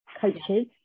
coaches